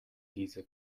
diese